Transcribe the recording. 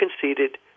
conceded